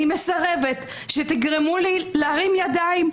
אני מסרבת שתגרמו לי להרים ידיים,